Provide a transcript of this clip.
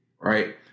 Right